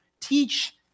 teach